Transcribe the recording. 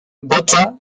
botha